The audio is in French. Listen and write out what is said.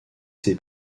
ses